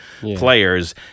players